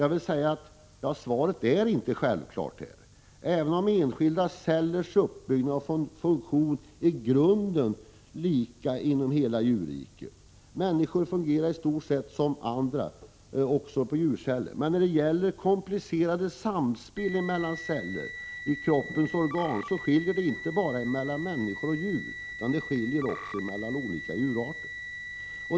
Jag vill säga att svaret inte är självklart, även om enskilda cellers uppbyggnad och funktion i grunden är lika inom hela djurriket. Människoceller fungerar i stort sett som djurceller. Men när det gäller komplicerade samspel mellan cellerna i kroppens organ skiljer det inte bara mellan människor och djur, utan det skiljer också mellan olika djurarter.